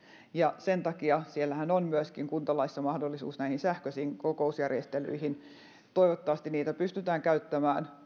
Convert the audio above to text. ja sen takiahan siellä kuntalaissa on mahdollisuus myöskin sähköisiin kokousjärjestelyihin toivottavasti niitä pystytään käyttämään